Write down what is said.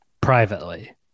privately